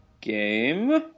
game